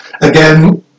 Again